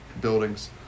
buildings